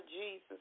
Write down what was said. Jesus